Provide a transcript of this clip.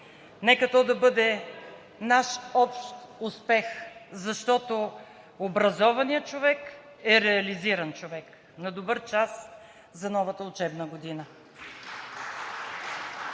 нека то да бъде наш общ успех, защото образованият човек е реализиран човек! На добър час за новата учебна година!